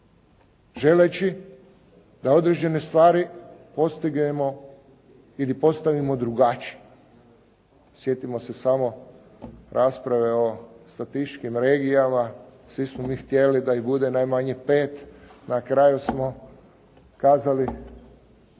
želeći da određene stvari postignemo ili postavimo drugačije. Sjetimo se samo rasprave o statističkim regijama. Svi smo mi htjeli da ih bude najmanje pet. Na kraju smo kazali